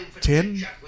ten